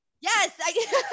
yes